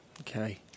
Okay